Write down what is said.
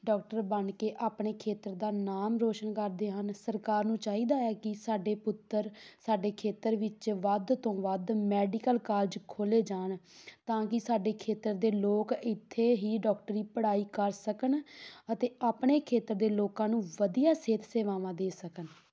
doctor ਬਣ ਕੇ ਆਪਣੇ ਖੇਤਰ ਦਾ ਨਾਮ ਰੌਸ਼ਨ ਕਰਦੇ ਹਨ ਸਰਕਾਰ ਨੂੰ ਚਾਹੀਦਾ ਹੈ ਕਿ ਸਾਡੇ ਪੁੱਤਰ ਸਾਡੇ ਖੇਤਰ ਵਿੱਚ ਵੱਧ ਤੋਂ ਵੱਧ ਮੈਡੀਕਲ ਕਾਲਜ ਖੋਲ੍ਹੇ ਜਾਣ ਤਾਂ ਕਿ ਸਾਡੇ ਖੇਤਰ ਦੇ ਲੋਕ ਇੱਥੇ ਹੀ ਡਾਕਟਰੀ ਪੜ੍ਹਾਈ ਕਰ ਸਕਣ ਅਤੇ ਆਪਣੇ ਖੇਤਰ ਦੇ ਲੋਕਾਂ ਨੂੰ ਵਧੀਆ ਸਿਹਤ ਸੇਵਾਵਾਂ ਦੇ ਸਕਣ